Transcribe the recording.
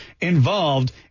involved